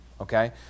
okay